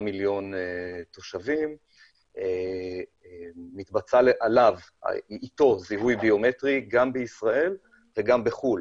מיליון תושבים מתבצע אתו זיהוי ביומטרי גם בישראל וגם בחוץ לארץ,